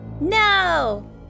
No